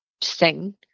sing